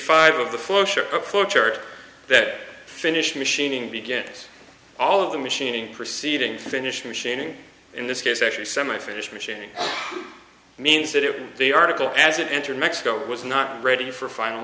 church that finished machining begins all of the machining proceedings finished machining in this case actually semi finished machine means that it the article as it entered mexico was not ready for final